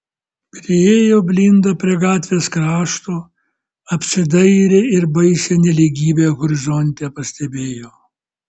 priėjo blinda prie gatvės krašto apsidairė ir baisią nelygybę horizonte pastebėjo